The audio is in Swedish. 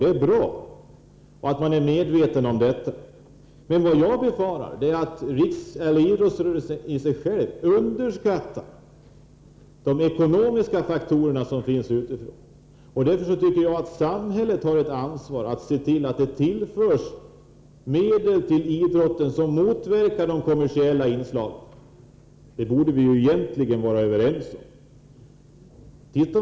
Det är bra att den gör detta, men vad jag befarar är att idrottsrörelsen själv underskattar betydelsen av de yttre ekonomiska faktorer som den påverkas av. Därför tycker jag att samhället har ett ansvar för att se till att idrotten tillförs medel som motverkar de kommersiella inslagen. Det borde vi egentligen vara överens om.